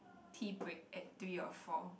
tea break at three or four